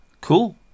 cool